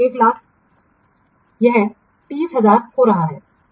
100000 यह 30000 हो रहा है